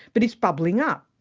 but it's bubbling up.